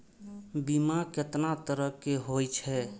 बीमा केतना तरह के हाई छै?